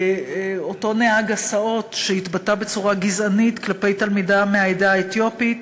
באותו נהג הסעות שהתבטא בצורה גזענית כלפי תלמידה מהעדה האתיופית,